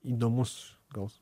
įdomus gal